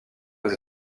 aux